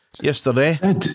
yesterday